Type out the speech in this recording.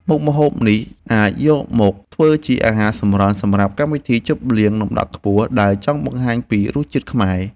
មុខម្ហូបនេះអាចយកមកធ្វើជាអាហារសម្រន់សម្រាប់កម្មវិធីជប់លៀងលំដាប់ខ្ពស់ដែលចង់បង្ហាញពីរសជាតិខ្មែរ។